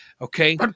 Okay